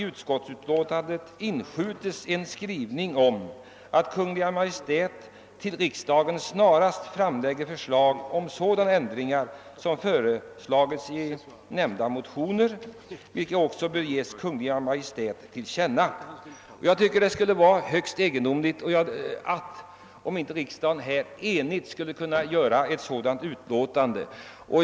utskottets utlåtande skall inskjutas att Kungl. Maj:t till riksdagen snarast bör framlägga förslag om sådana ändringar som yrkats i nämnda motioner, vilket också bör ges Kungl. Maj:t till känna. Det skulle vara högst egendomligt om riksdagen inte kunde göra ett sådant uttalande.